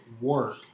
work